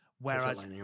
Whereas